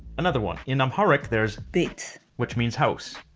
another one in amharic, there's bet, which means house.